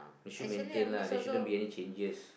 should maintain lah there shouldn't be any changes